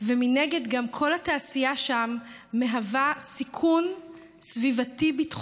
ומנגד גם כל התעשייה שם מהווה סיכון סביבתי-ביטחוני.